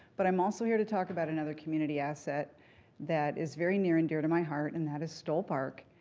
but i'm also here to talk about another community asset that is very near and dear to my heart, and that is stoll park.